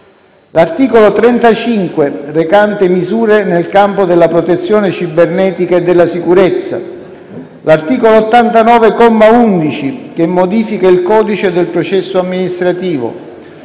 l'articolo 35, recante misure nel campo della protezione cibernetica e della sicurezza; l'articolo 89, comma 11, che modifica il codice del processo amministrativo;